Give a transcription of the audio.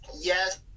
yes